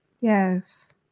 Yes